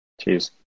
Cheers